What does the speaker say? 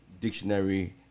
Dictionary